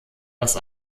das